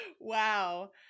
Wow